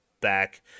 back